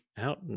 out